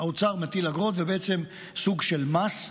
האוצר מטיל אגרות ובעצם סוג של מס.